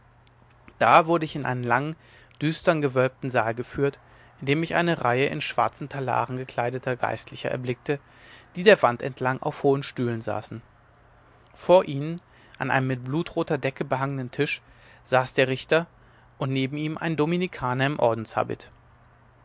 da wurde ich in einen langen düstern gewölbten saal geführt in dem ich eine reihe in schwarzen talaren gekleideter geistlicher erblickte die der wand entlang auf hohen stühlen saßen vor ihnen an einem mit blutroter decke behangenen tisch saß der richter und neben ihm ein dominikaner im